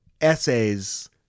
essays